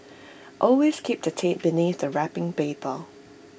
always keep the tape beneath the wrapping paper